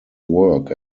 work